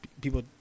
People